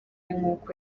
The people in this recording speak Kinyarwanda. nkuko